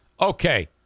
Okay